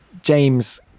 James